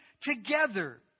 together